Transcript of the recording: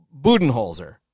Budenholzer